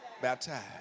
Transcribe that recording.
baptized